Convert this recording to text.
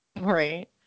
Right